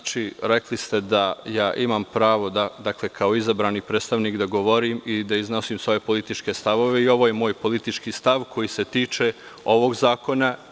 Znači, rekli ste da ja imam pravo kao izabrani predstavnik da govorim i da iznosim svoje političke stavove i ovo je moj politički stav koji se tiče ovog zakona.